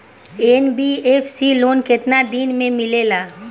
NBFC loan केतना दिन मे मिलेला?